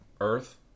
Earth